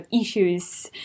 issues